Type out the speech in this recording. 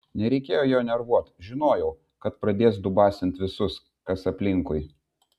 nereikėjo jo nervuot žinojau kad pradės dubasint visus kas aplinkui